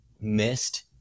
missed